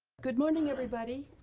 good morning, everybody.